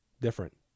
different